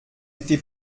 été